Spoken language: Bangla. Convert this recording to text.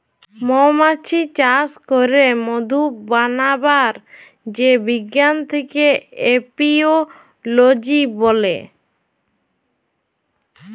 মমাছি চাস ক্যরে মধু বানাবার যে বিজ্ঞান থাক্যে এপিওলোজি ব্যলে